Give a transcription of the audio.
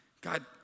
God